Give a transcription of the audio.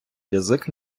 язик